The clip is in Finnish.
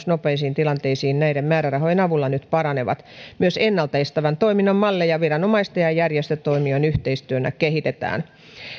nopeisiin tilanteisiin ja viestintävalmius näiden määrärahojen avulla nyt paranevat myös ennalta estävän toiminnan malleja viranomaisten ja järjestötoimijoiden yhteistyönä kehitetään